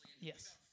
Yes